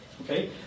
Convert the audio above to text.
Okay